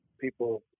people